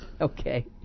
okay